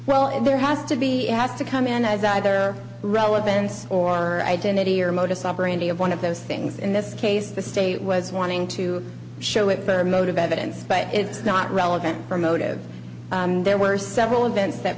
and there has to be asked to come in as either relevance or identity or modus operandi of one of those things in this case the state was morning too show it better motive evidence but it's not relevant for motive and there were several events